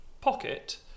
pocket